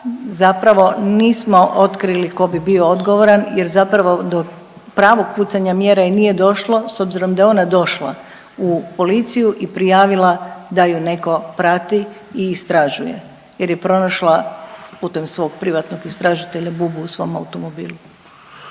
zapravo nismo otkrili ko bi bio odgovoran jer zapravo do pravog pucanja mjera i nije došlo s obzirom da je ona došla u policiju i prijavila da ju neko prati i istražuje jer je pronašla putem svog privatnog istražitelja bubu u svom automobilu.